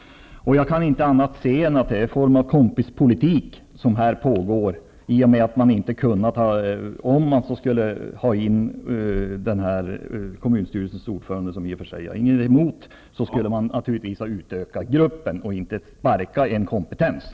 Jag kan inte se något annat än att det här är fråga om något slags kompispolitik. Jag har i och för sig inget emot kommunstyrelsens ordförande. Men naturligtvis skulle man ha utökat gruppen i stället för att sparka en kompetent person.